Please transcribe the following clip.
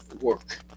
work